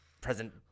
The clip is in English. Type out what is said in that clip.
Present